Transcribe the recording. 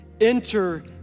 enter